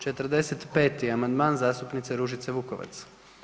45. amandman zastupnice Ružice Vukovac.